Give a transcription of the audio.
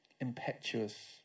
impetuous